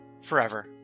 forever